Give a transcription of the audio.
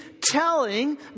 telling